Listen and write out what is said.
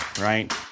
right